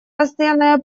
постоянная